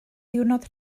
ddiwrnod